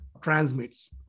transmits